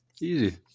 Easy